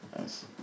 Nice